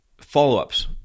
follow-ups